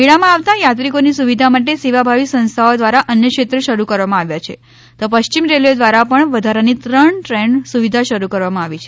મેળામાં આવતા યાત્રિકોની સુવિધા માટે સેવાભાવી સંસ્થાઓ દ્વારા અન્નક્ષેત્ર શરૂ કરવામાં આવ્યા છે તો પશ્ચિમ રેલવે દ્વારા પણ વધારાની ત્રણ દ્રેન સુવિધા શરૂ કરવામાં આવી છે